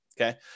Okay